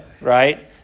right